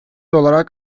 olarak